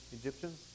Egyptians